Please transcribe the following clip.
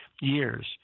years